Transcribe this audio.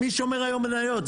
מי שומר היום מניות?